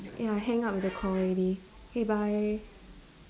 ya I hang up with the call already K bye